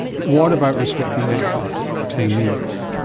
what about restricting access to the means?